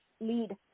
lead